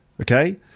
okay